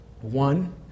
One